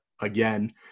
again